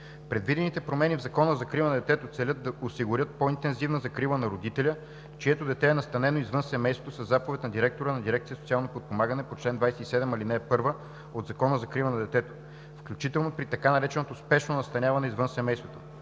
Предвидените промени в Закона за закрила на детето целят да осигурят по-интензивна закрила на родителя, чието дете е настанено извън семейството със заповед на директора на дирекция „Социално подпомагане“ по чл. 27, ал. 1 от Закона за закрила на детето, включително при така нареченото спешно настаняване извън семейството.